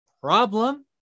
Problem